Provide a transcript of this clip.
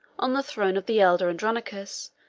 on the throne of the elder andronicus,